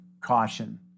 caution